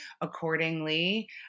accordingly